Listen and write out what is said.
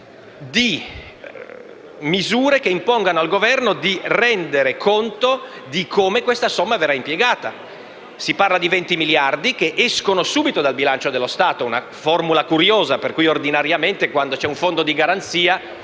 di misure che impongano al Governo di rendere conto di come questa somma verrà impiegata. Si parla di 20 miliardi di euro che escono subito dal bilancio dello Stato, con una formula curiosa. Mentre, ordinariamente, quando c'è un fondo di garanzia